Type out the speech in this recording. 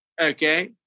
okay